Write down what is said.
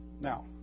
Now